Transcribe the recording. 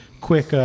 quick